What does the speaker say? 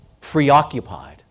preoccupied